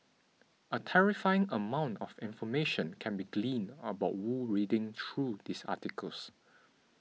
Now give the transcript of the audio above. a terrifying amount of information can be gleaned about Wu reading through these articles